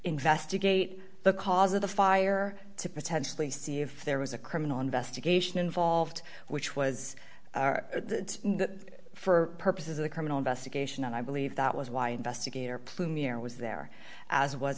investigate the cause of the fire to potentially see if there was a criminal investigation involved which was that for purposes of the criminal investigation and i believe that was why investigator plan mirror was there as w